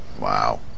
Wow